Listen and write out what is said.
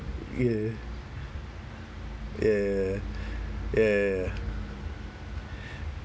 ya ya ya ya ya ya ya ya